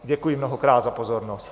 Děkuji mnohokrát za pozornost.